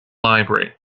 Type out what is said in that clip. library